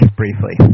briefly